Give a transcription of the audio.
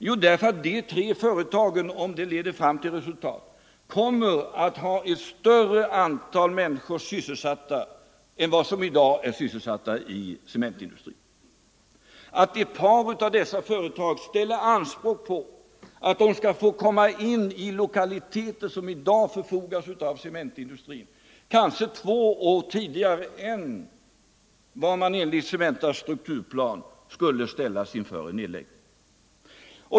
Jo, därför att de tre företagen — om förhandlingarna leder till resultat — kommer att sysselsätta ett större antal 147 människor än vad cementindustrin i dag gör. Ett par av dessa företag ställer anspråk på att få komma in i lokaliteter som cementindustrin i dag förfogar över, kanske två år tidigare än en nedläggning skulle bli aktuell enligt Cementas strukturplan.